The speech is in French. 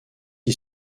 qui